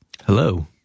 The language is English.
Hello